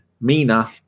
Mina